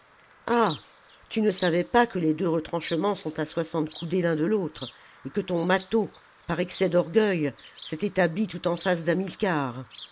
ah tu ne savais pas que les deux retranchements sont à soixante coudées l'un de l'autre et que ton mâtho par excès d'orgueil s'est établi tout en face